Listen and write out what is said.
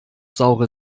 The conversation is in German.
saure